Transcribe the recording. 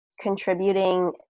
contributing